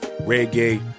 reggae